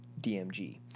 DMG